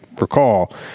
recall